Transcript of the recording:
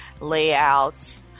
layouts